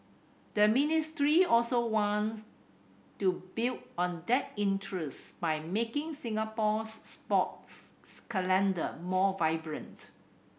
the ministry also wants to build on that interest by making Singapore's sports calendar more vibrant